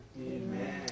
Amen